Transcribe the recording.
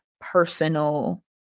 personal